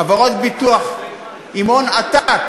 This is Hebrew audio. חברות ביטוח עם הון עתק